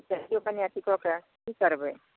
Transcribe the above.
देखियौ कनी अथी कऽ के की करबै